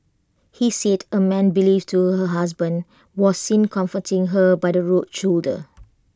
he said A man believed to her husband was seen comforting her by the road shoulder